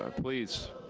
ah please,